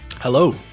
Hello